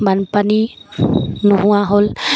বানপানী নোহোৱা হ'ল